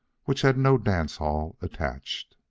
which had no dance-hall attached.